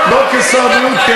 לא כשר בריאות,